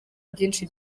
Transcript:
byinshi